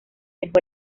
mejor